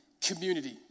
community